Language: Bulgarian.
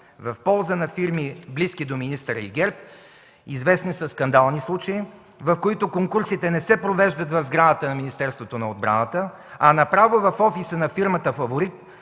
в полза на фирми, близки до министъра и ГЕРБ, известни със скандални случаи, в които конкурсите не се провеждат в сградата на Министерството на отбраната, а направо в офиса на фирмата фаворит,